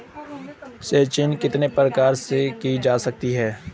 सिंचाई कितने प्रकार से की जा सकती है?